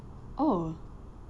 oh